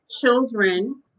children